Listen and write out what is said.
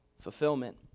fulfillment